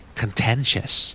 contentious